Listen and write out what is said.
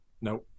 No